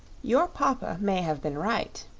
your papa may have been right,